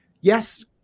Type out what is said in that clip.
Yes